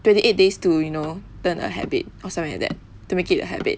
twenty eight days to you know turn a habit or something like that to make it a habit